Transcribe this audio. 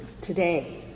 today